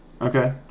Okay